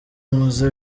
nkoze